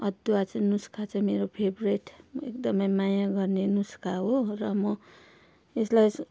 अदुवा चाहिँ नुस्का चाहिँ मेरो फेभरेट म एकदमै माया गर्ने नुस्का हो र म यसलाई